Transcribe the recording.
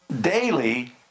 Daily